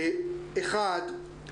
אחד,